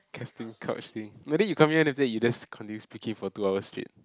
casting couch thing no then you come here then after that you just continue speaking for two hours straight